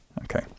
Okay